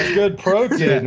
good protein, and